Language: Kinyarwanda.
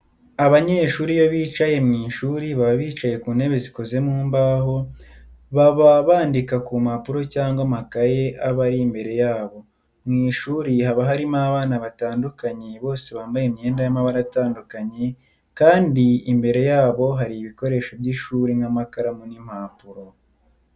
Abanyeshuri iyo bicaye mu ishuri baba bicaye ku ntebe zikoze mu mvaho, baba bandika ku mpapuro cyangwa amakayi aba ari imbere yabo. Mu ishuri haba harimo abana batandukanye bose bambaye imyenda y'amabara atandukanye kandi imbere yabo hari ibikoresho by'ishuri nk'amakaramu n'impapuro.